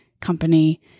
company